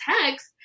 text